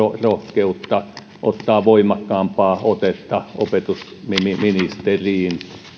rohkeutta ottaa voimakkaampaa otetta opetusministeriin